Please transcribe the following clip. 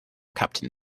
captain